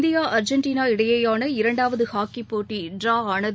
India Argentina இடையேயான இரண்டாவது hockey போட்டி ட்ரா ஆனது